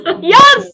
Yes